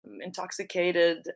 intoxicated